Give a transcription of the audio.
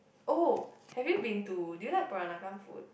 oh have you been to do you like Peranakan food